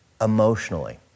emotionally